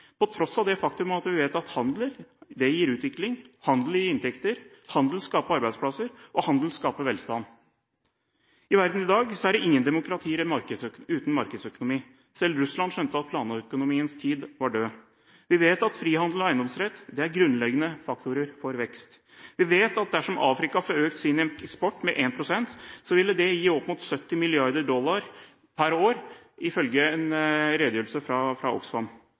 på tross av det faktum at vi vet at handel gir utvikling, handel gir inntekter, handel skaper arbeidsplasser, og handel skaper velstand. I verden i dag er det ingen demokratier uten markedsøkonomi. Selv Russland skjønte at planøkonomiens tid var død. Vi vet at frihandel og eiendomsrett er grunnleggende faktorer for vekst. Vi vet at dersom Afrika fikk økt sin eksport med 1 pst., ville det gi opp mot 70 milliarder dollar per år, ifølge en redegjørelse fra